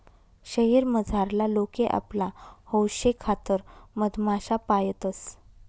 शयेर मझारला लोके आपला हौशेखातर मधमाश्या पायतंस